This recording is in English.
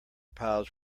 piles